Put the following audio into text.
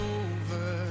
over